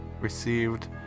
received